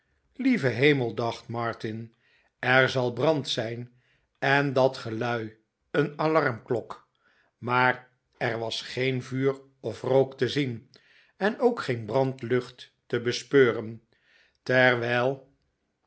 lieve hemel dacht martin er zal brand zijn en dat gelui een alarmklok maar er was geen vuur of rook te zien en ook geen brandlucht te bespeuren terwel